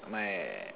my